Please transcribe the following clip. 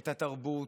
את התרבות,